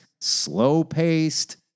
slow-paced